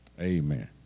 Amen